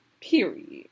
Period